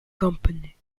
company